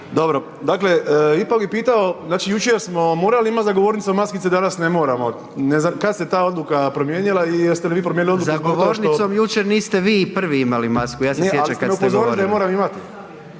Dobro. Dakle, ipak bi pitao, znači jučer smo morali imati za govornicom maskice, danas ne moramo, ne znam, kad se ta odluka promijenila i jeste li vi promijenili odluku .../Upadica predsjednik: Za govornicom jučer niste vi prvi imali masku, ja se sjećam kad ste govorili./... Ali ste me upozorili da moram imati.